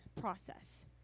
process